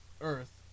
Earth